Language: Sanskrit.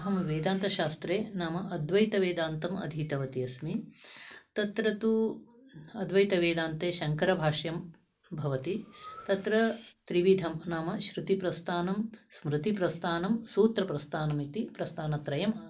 अहं वेदान्तशास्त्रे नाम अद्वैतवेदान्तम् अधीतवती अस्मि तत्र तु अद्वैतवेदान्ते शङ्करभाष्यं भवति तत्र त्रिविधं नाम श्रृतिप्रस्थानं स्मृतिप्रस्थानं सूत्रप्रस्थानं इति प्रस्थानत्रयम्